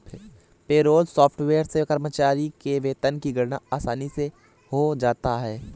payroll software से कर्मचारी के वेतन की गणना आसानी से हो जाता है